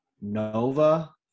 Nova